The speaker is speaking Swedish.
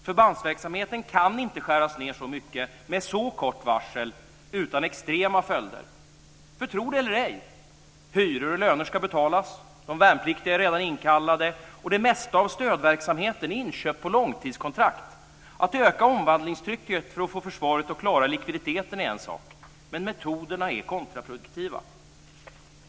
Förbandsverksamheten kan inte skäras ned så mycket med så kort varsel utan extrema följder, för - tro det eller ej - hyror och löner ska betalas. De värnpliktiga är redan inkallade, och det mesta av stödverksamheten är inköpt på långtidskontrakt. Att öka omvandlingstrycket för att få försvaret att klara likviditeten är en sak, men metoderna är kontraproduktiva.